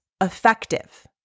effective